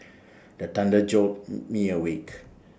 the thunder jolt me awake